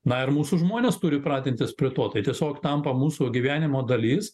na ir mūsų žmonės turi pratintis prie to tai tiesiog tampa mūsų gyvenimo dalis